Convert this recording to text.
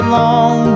long